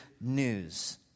news